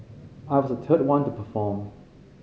I was the third one to perform